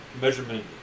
measurement